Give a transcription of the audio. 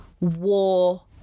war